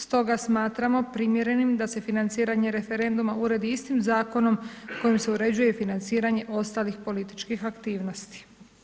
Stoga smatramo primjerenim da se financiranje referenduma uredi istim zakonom kojim se uređuje i financiranje ostalih političkih aktivnosti.